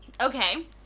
Okay